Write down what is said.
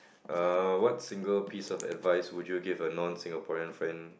er what single piece of advice would you give a non Singaporean friend